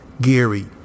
Gary